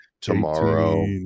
tomorrow